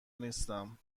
نیستم